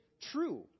true